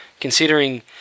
considering